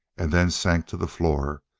and then sank to the floor,